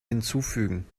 hinzufügen